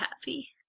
happy